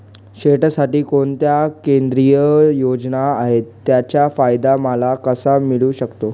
शेतीसाठी कोणत्या केंद्रिय योजना आहेत, त्याचा फायदा मला कसा मिळू शकतो?